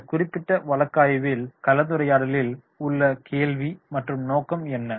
இந்த குறிப்பிட்ட வழக்காய்வின் கலந்துரையாடலில் உள்ள கேள்வி மற்றும் நோக்கம் என்ன